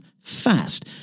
fast